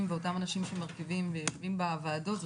ואותם אנשים שמרכיבים ויושבים בוועדות.